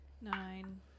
Nine